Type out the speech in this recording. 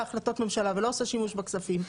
החלטות ממשלה ולא עושה שימוש בכספים,